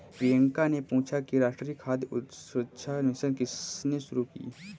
प्रियंका ने पूछा कि राष्ट्रीय खाद्य सुरक्षा मिशन किसने शुरू की?